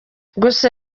gusa